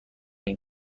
این